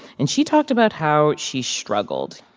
and she talked about how she struggled.